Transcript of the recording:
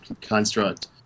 construct